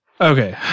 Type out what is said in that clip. Okay